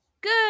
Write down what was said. Good